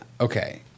okay